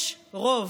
יש רוב,